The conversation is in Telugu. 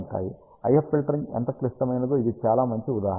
IF ఫిల్టరింగ్ ఎంత క్లిష్టమైనదో ఇది చాలా మంచి ఉదాహరణ